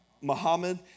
Muhammad